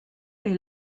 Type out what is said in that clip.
est